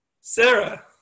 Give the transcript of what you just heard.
Sarah